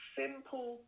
simple